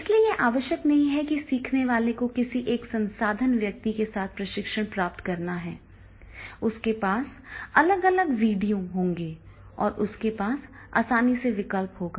इसलिए यह आवश्यक नहीं है कि सीखने वाले को किसी एक संसाधन व्यक्ति से प्रशिक्षण प्राप्त करना है उसके पास अलग अलग वीडियो होंगे और उसके पास आसानी से विकल्प होगा